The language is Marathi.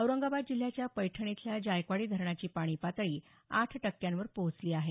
औरंगाबाद जिल्ह्याच्या पैठण इथल्या जायकवाडी धरणाची पाणी पातळी आठ टक्क्यावर पोहोचली आहे